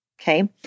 Okay